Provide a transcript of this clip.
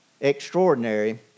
extraordinary